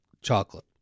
chocolate